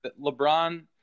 LeBron